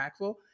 impactful